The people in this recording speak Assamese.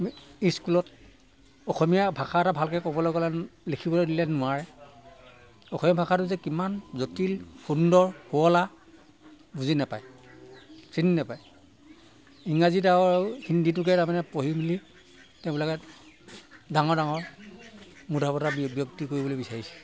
স্কুলত অসমীয়া ভাষা এটা ভালকৈ ক'বলৈ ক'লে লিখিবলৈ দিলে নোৱাৰে অসমীয়া ভাষাটো যে কিমান জটিল সুন্দৰ শুৱলা বুজি নাপায় চিনি নাপায় ইংৰাজীত আৰু হিন্দীটোক তাৰমানে পঢ়ি শুনি তেওঁবিলাকে ডাঙৰ ডাঙৰ মূধা ফুটা ব্যক্তি কৰিবলৈ বিচাৰিছে